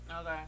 Okay